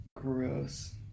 Gross